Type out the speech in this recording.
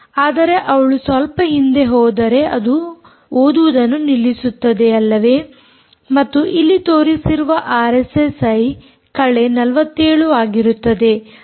ಆದರೆ ಅವಳು ಸ್ವಲ್ಪ ಹಿಂದೆ ಹೋದರೆ ಅದು ಓದುವುದನ್ನು ನಿಲ್ಲಿಸುತ್ತದೆ ಅಲ್ಲವೇ ಮತ್ತು ಇಲ್ಲಿ ತೋರಿಸಿರುವ ಆರ್ಎಸ್ಎಸ್ಐ ಕಳೆ 47 ಆಗಿರುತ್ತದೆ